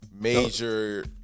major